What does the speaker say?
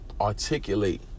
articulate